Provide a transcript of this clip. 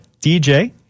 dj